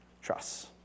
trusts